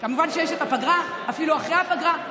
כמובן שיש את הפגרה, אפילו אחרי הפגרה.